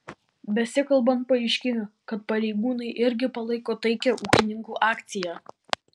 besikalbant paaiškėjo kad pareigūnai irgi palaiko taikią ūkininkų akciją